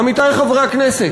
עמיתי חברי הכנסת,